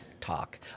talk